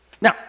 Now